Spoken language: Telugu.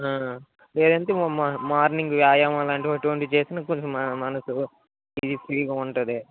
లేదంటే మా మా మార్నింగు వ్యాయామాలు అటువంటివి చేసినా కొంచెం మన మనసు ఫ్రీ ఫ్రీగా ఉంటుంది